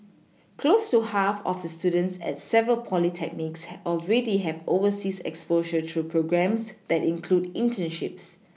close to half of the students at several Polytechnics already have overseas exposure through programmes that include internships